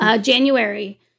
January